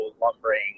lumbering